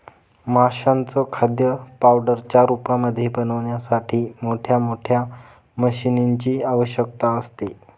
माशांचं खाद्य पावडरच्या रूपामध्ये बनवण्यासाठी मोठ मोठ्या मशीनीं ची आवश्यकता असते